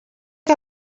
que